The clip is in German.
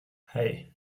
hei